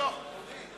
למשוך את החוק.